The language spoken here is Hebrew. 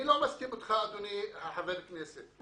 אני לא מסכים אתך אדוני חבר הכנסת.